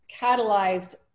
catalyzed